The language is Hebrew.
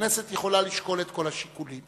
והכנסת יכולה לשקול את כל השיקולים.